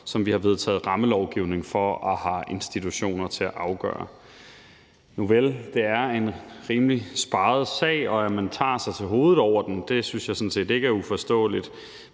som vi har vedtaget rammelovgivning for og har institutioner til at træffe. Nuvel, det er en rimelig speget sag, og at man tager sig til hovedet over den, synes jeg sådan set ikke er uforståeligt,